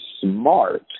smart